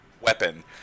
weapon